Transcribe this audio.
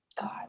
God